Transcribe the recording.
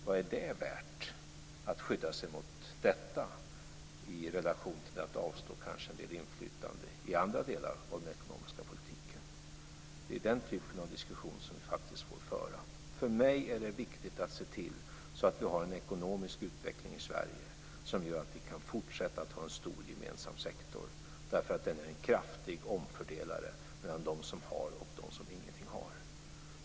Vad är det värt att skydda sig mot detta i relation till att kanske avstå en del inflytande i andra delar av den ekonomiska politiken? Det är den typen av diskussion som vi faktiskt borde föra. För mig är det viktigt att se till att vi har en ekonomisk utveckling i Sverige som gör att vi kan fortsätta att ha en stor gemensam sektor. En sådan kan nämligen kraftigt fördela om mellan dem som har och dem som ingenting har.